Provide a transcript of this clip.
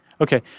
Okay